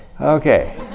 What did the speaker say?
Okay